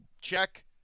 check